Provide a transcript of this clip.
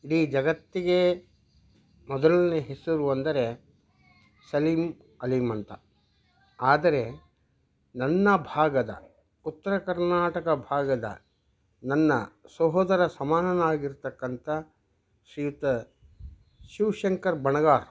ಇಡೀ ಜಗತ್ತಿಗೆ ಮೊದಲನೇ ಹೆಸರು ಅಂದರೆ ಸಲೀಮ್ ಅಲಿ ಅಂತ ಆದರೆ ನನ್ನ ಭಾಗದ ಉತ್ತರ ಕರ್ನಾಟಕ ಭಾಗದ ನನ್ನ ಸಹೋದರ ಸಮಾನವಾಗಿರ್ತಕ್ಕಂತ ಶ್ರೀಯುತ ಶಿವಶಂಕರ್ ಬಣಗಾರ್